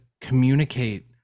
communicate